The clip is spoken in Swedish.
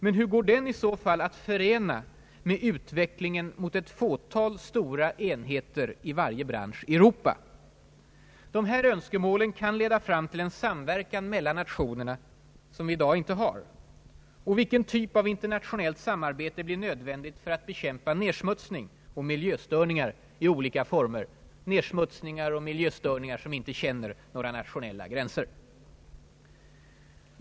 Men hur går den i så fall att förena med utvecklingen mot ett fåtal stora enheter i varje bransch i Europa? Dessa önskemål kan leda fram till en samverkan mellan nationerna som i dag inte finns. Och vilken typ av internationellt samarbete blir nödvändig för att bekämpa nersmutsning och miljöförstöringar i olika former, som inte känner några nationsgränser?